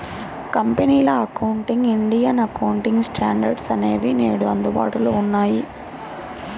కంపెనీల accounting, Indian accounting standards అనేవి నేడు అందుబాటులో ఉన్నాయి